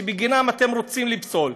ושבגינם אתם רוצים לפסול,